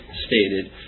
stated